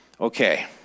Okay